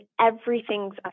everything's